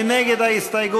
מי נגד ההסתייגות?